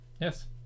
yes